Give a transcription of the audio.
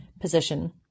position